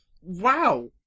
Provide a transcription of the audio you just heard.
wow